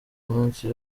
munsi